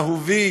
אהובי,